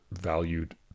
valued